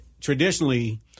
traditionally